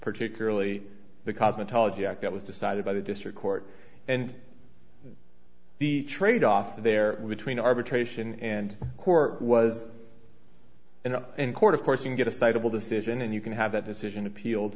particularly the cosmetology act that was decided by the district court and the tradeoff there between arbitration and court was and in court of course you can get a sizeable decision and you can have that decision appealed